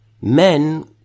Men